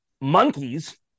monkeys